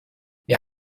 wir